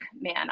man